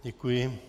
Děkuji.